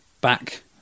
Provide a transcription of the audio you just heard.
back